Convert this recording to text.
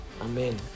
Amen